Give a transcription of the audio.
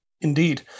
indeed